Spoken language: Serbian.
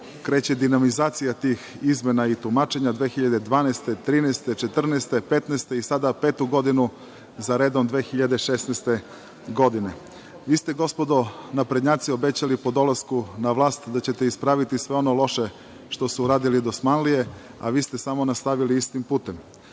kreće dinamizacija tih izmena i tumačenja 2012, 2013, 2014, 2015. i, sada petu godinu zaredom, 2016. godine. Vi ste gospodo naprednjaci obećali po dolasku na vlast da ćete ispraviti sve ono loše što su uradile dosmanlije, a vi ste samo nastavili istim putem.